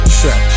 trap